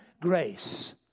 grace